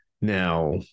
Now